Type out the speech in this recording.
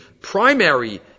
primary